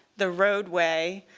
the roadway,